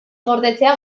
gordetzea